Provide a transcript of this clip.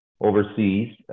overseas